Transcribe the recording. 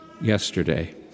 yesterday